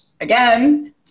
again